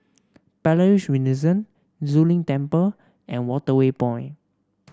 Palais Renaissance Zu Lin Temple and Waterway Point